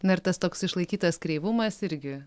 na ir tas toks išlaikytas kreivumas irgi